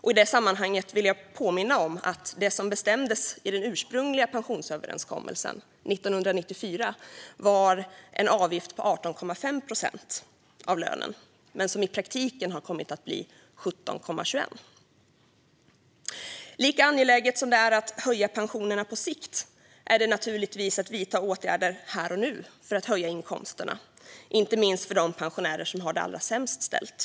I det sammanhanget vill jag påminna om att det som bestämdes i den ursprungliga pensionsöverenskommelsen 1994 var en avgift på 18,5 procent av lönen, men det har i praktiken kommit att bli 17,21 procent. Lika angeläget som det är att höja pensionerna på sikt är det naturligtvis att vidta åtgärder här och nu för att höja inkomsterna, inte minst för de pensionärer som har det allra sämst ställt.